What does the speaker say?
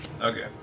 Okay